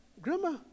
Grandma